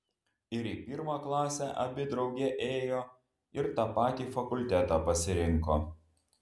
ir į pirmą klasę abi drauge ėjo ir tą patį fakultetą pasirinko